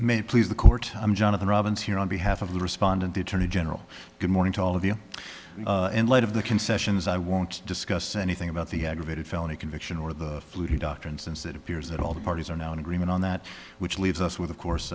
may please the court i'm jonathan robbins here on behalf of the respondent the attorney general good morning to all of you in light of the concessions i won't discuss anything about the aggravated felony conviction or the flu doctrine since it appears that all the parties are now in agreement on that which leaves us with of course